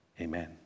Amen